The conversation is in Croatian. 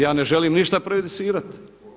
Ja ne želim ništa prejudicirati.